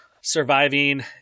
surviving